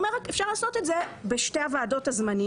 הוא אומר רק: אפשר לעשות את זה בשתי הוועדות הזמניות.